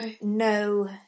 no